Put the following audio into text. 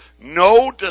no